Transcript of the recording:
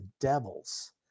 devils